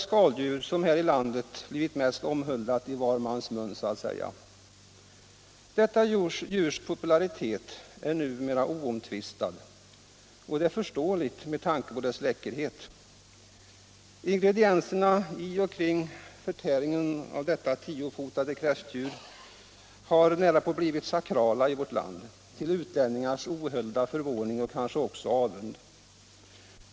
som här i landet blivit mest omhuldat ”i var mans mun”. Detta djurs popularitet är numera oomtvistad, och det är förståeligt med tanke på dess läckerhet. Ingredienserna i och kring förtäringen av detta tiofotade kräftdjur har närapå blivit sakrala i vårt land — till utlänningars ohöljda förvåning och kanske också avund.